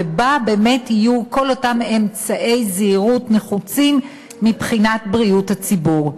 ובה באמת יהיו כל אותם אמצעי זהירות נחוצים מבחינת בריאות הציבור.